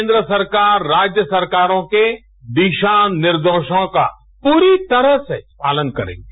केन्द्र सरकार राज्य सरकार के दिशा निर्देशों का पूरी तरह से पालन करेंगे